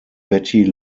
betty